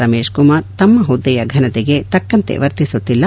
ರಮೇಶ್ಕುಮಾರ್ ತಮ್ಮ ಹುದ್ದೆಯ ಘನತೆಗೆ ತಕ್ಕಂತೆ ವರ್ತಿಸುತ್ತಿಲ್ಲ